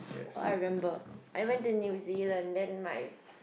oh I remember I went to new-zealand then my